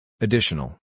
Additional